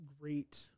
great